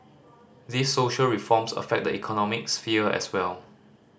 these social reforms affect the economic sphere as well